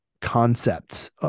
concepts